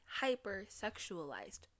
hypersexualized